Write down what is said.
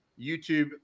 YouTube